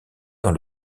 dans